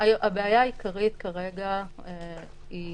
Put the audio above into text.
הבעיה העיקרית כרגע היא